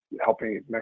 helping